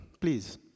please